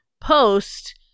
post-